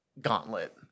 gauntlet